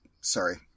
sorry